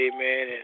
Amen